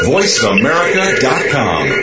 VoiceAmerica.com